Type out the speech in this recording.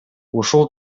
ушул